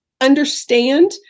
understand